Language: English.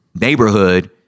neighborhood